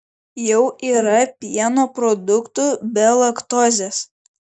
jau yra pieno produktų be laktozes